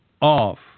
off